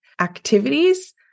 activities